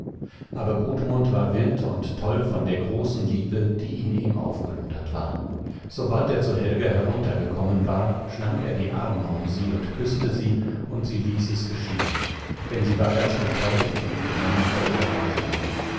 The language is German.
aber gudmund war wild und toll von der großen liebe die in ihm aufgelodert war sobald er zu helga heruntergekommen war schlang er die arme um sie und küßte sie und sie ließ es geschehen denn sie war ganz betäubt und benommen vor überraschung